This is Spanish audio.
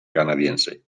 canadiense